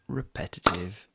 repetitive